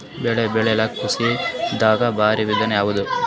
ಬೆಳೆ ಬೆಳಿಲಾಕ ಕೃಷಿ ದಾಗ ಭಾರಿ ವಿಧಾನ ಯಾವುದು?